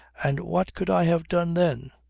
and what could i have done then?